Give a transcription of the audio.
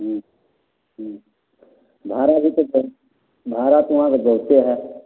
हूँ हूँ भाड़ा भी तग्गर छै भाड़ा तऽ हुआँके बहुत्ते हय